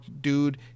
dude